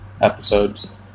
episodes